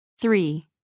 Three